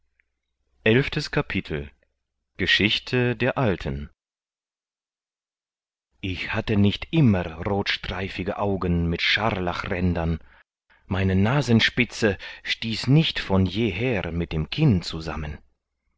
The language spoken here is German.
elftes kapitel geschichte der alten ich hatte nicht immer rothstreifige augen mit scharlachrändern meine nasenspitze stieß nicht von jeher mit dem kinn zusammen